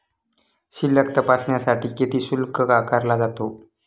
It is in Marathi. शिल्लक तपासण्यासाठी किती शुल्क आकारला जातो?